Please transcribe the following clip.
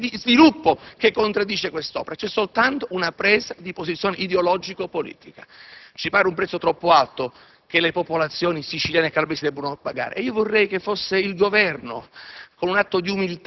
economica, in termini di sviluppo, che contraddice questa opera. Vi è soltanto una presa di posizione ideologico-politica; ci pare un prezzo troppo che le popolazioni siciliane e calabresi devono pagare. Vorrei che fosse il Governo,